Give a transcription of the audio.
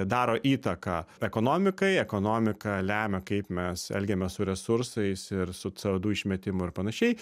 daro įtaką ekonomikai ekonomika lemia kaip mes elgiamės su resursais ir su co du išmetimu ir panašiai